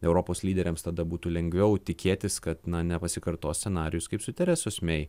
europos lyderiams tada būtų lengviau tikėtis kad nepasikartos scenarijus kaip su teresos mei